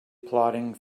plodding